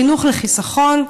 חינוך לחיסכון,